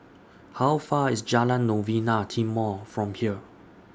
How Far away IS Jalan Novena Timor from here